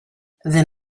then